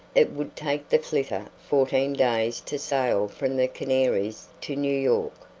it would take the flitter fourteen days to sail from the canaries to new york.